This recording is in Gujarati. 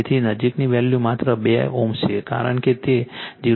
તેથી નજીકની વેલ્યુ માત્ર 2 Ω છે કારણ કે તે 0